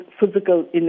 physical